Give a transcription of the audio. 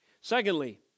Secondly